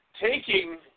taking